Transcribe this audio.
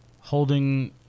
holding